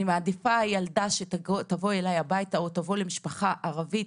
אני מעדיפה ילדה שתבוא אליי הביתה או תבוא למשפחה ערבית,